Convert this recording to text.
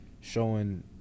showing